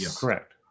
Correct